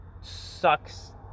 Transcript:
sucks